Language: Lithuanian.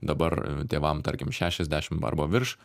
dabar tėvam tarkim šešiasdešimt arba virš